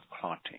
clotting